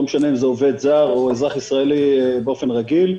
לא משנה אם זה עובד זר או אזרח ישראלי באופן רגיל.